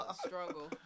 Struggle